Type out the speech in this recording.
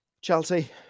Chelsea